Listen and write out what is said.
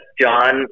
John